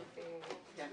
רבה,